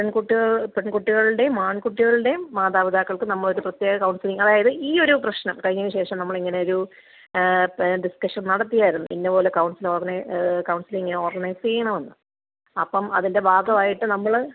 പെൺകുട്ടികൾ പെൺകുട്ടികളുടേയും ആൺകുട്ടികളുടേയും മാതാപിതാക്കൾക്ക് നമ്മളൊരു പ്രത്യേക കൗൺസിലിങ്ങ് അതായത് ഈ ഒരു പ്രശ്നം കഴിഞ്ഞതിന് ശേഷം നമ്മളിങ്ങനെയൊരു പ ഡിസ്കഷൻ നടത്തിയിരുന്നു ഇന്നപോലെ പോലെ കൗൺസിൽ ഓർഗന കൗൺസിലിങ്ങ് ഓർഗനൈസ് ചെയ്യണമെന്ന് അപ്പം അതിൻ്റെ ഭാഗമായിട്ട് നമ്മൾ